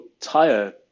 tire